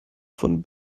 von